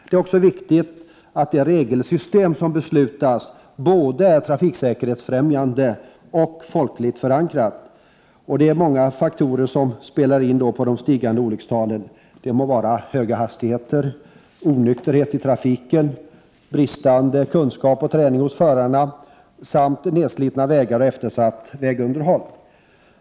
Det är också viktigt att de regelsystem som beslutas är både trafiksäkerhetsfrämjande och folkligt förankrade. Det är många faktorer som spelar in på de stigande olyckstalen. Det må vara höga hastigheter, onykterhet i trafiken, bristande kunskap och träning hos förarna samt nedslitna vägar och eftersatt vägunderhåll.